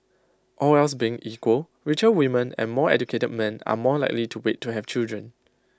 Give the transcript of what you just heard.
all else being equal richer women and more educated men are more likely to wait to have children